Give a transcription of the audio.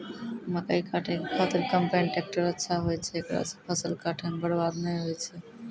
मकई काटै के खातिर कम्पेन टेकटर अच्छा होय छै ऐकरा से फसल काटै मे बरवाद नैय होय छै?